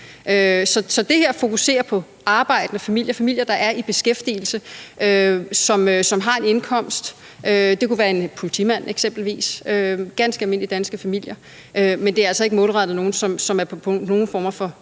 Så det her fokuserer på arbejdende familier, familier, der er i beskæftigelse, og som har en indkomst. Det kunne være en politimand eksempelvis. Ganske almindelige danske familier. Men det er altså ikke målrettet nogen, som er på nogen former for